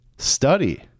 study